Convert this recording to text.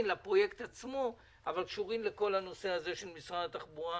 לפרויקט עצמו אבל קשורים למשרד התחבורה,